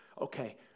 Okay